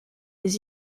des